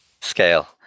Scale